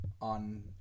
on